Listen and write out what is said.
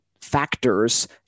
factors